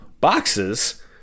boxes